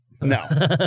No